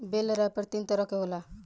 बेल wrapper तीन तरह के होला